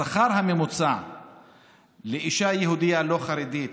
השכר הממוצע לאישה יהודייה לא חרדית